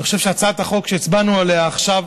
אני חושב שהצעת החוק שהצבענו עליה עכשיו